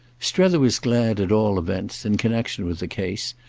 strether was glad at all events, in connexion with the case,